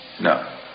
No